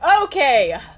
okay